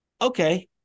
Okay